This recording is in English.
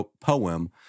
poem